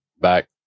back